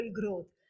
growth